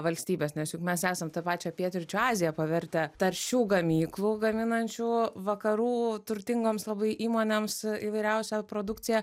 valstybės nes juk mes esam ta pačią pietryčių aziją pavertę taršių gamyklų gaminančių vakarų turtingoms labai įmonėms įvairiausią produkciją